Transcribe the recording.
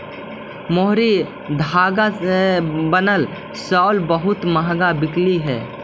मोहरी धागा से बनल शॉल बहुत मँहगा बिकऽ हई